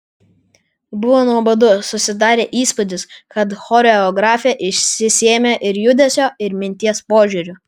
buvo nuobodu susidarė įspūdis kad choreografė išsisėmė ir judesio ir minties požiūriu